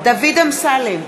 דוד אמסלם,